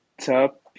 top